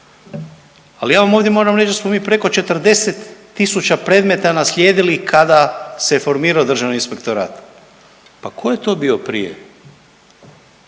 Ali ja vam ovdje moram reć da smo mi preko 40 tisuća predmeta naslijedili kada se formirao državni inspektorat, pa ko je to bio prije,